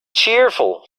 cheerful